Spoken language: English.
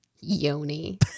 yoni